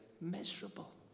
miserable